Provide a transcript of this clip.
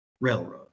Railroad